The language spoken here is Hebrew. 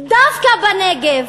דווקא בנגב,